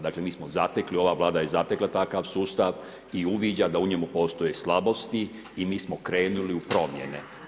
Dakle, mi smo zatekli, ova Vlada je zatekla takav sustav i uviđa da u njemu postoje slabosti i mi smo krenuli u promjene.